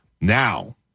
Now